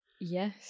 Yes